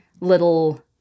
little